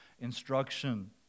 instruction